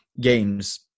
games